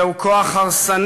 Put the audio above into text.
זהו כוח הרסני,